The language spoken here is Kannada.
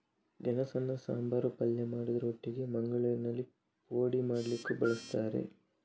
ಗೆಣಸನ್ನ ಸಾಂಬಾರು, ಪಲ್ಯ ಮಾಡುದ್ರ ಒಟ್ಟಿಗೆ ಮಂಗಳೂರಿನಲ್ಲಿ ಪೋಡಿ ಮಾಡ್ಲಿಕ್ಕೂ ಬಳಸ್ತಾರೆ